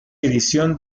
edición